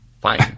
Fine